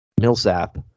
Millsap